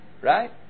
Right